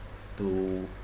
to